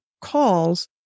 calls